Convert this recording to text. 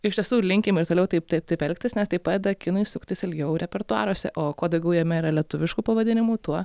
iš tiesų linkim ir toliau taip taip taip elgtis nes tai padeda kinui suktis ilgiau repertuaruose o kuo daugiau jame yra lietuviškų pavadinimų tuo